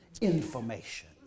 information